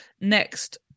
next